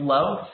Love